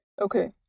Okay